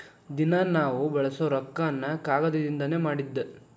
ದಿನಾ ನಾವ ಬಳಸು ರೊಕ್ಕಾನು ಕಾಗದದಿಂದನ ಮಾಡಿದ್ದ